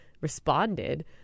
responded